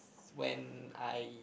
when I